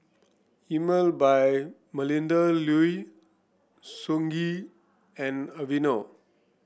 Emel by Melinda Looi Songhe and Aveeno